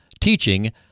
teaching